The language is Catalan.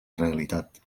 realitat